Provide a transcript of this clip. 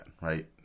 right